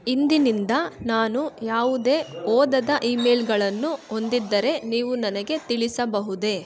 ಇಂದಿನಿಂದ ನಾನು ಯಾವುದೇ ಓದದ ಇಮೇಲ್ಗಳನ್ನು ಹೊಂದಿದ್ದರೆ ನೀವು ನನಗೆ ತಿಳಿಸಬಹುದೇ